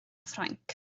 ffrainc